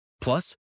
Plus